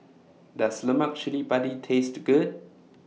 Does Lemak Cili Padi Taste Good